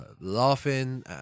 laughing